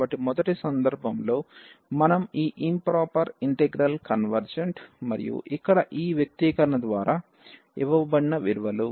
కాబట్టి మొదటి సందర్భంలో మనం ఈ ఇంప్రొపెర్ ఇంటిగ్రల్ కన్వెర్జెంట్ మరియు ఇక్కడ ఈ వ్యక్తీకరణ ద్వారా ఇవ్వబడిన విలువలు